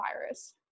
virus